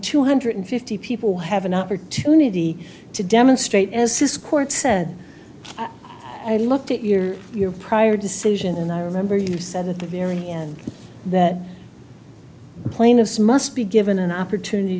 two hundred fifty people have an opportunity to demonstrate as this court said i looked at your your prior decision and i remember you said at the very end that plane as must be given an opportunity